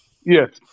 Yes